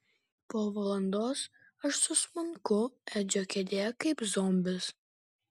po valandos aš susmunku edžio kėdėje kaip zombis